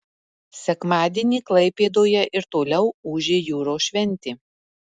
sekmadienį klaipėdoje ir toliau ūžė jūros šventė